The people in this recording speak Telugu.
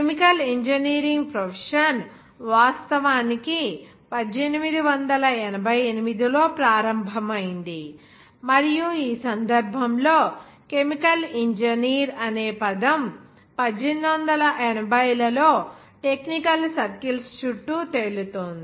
కెమికల్ ఇంజనీరింగ్ ప్రొఫెషన్ వాస్తవానికి 1888 లో ప్రారంభమైంది మరియు ఈ సందర్భంలోకెమికల్ ఇంజనీర్ అనే పదం 1880 లలో టెక్నికల్ సర్కిల్స్ చుట్టూ తేలుతోంది